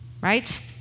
right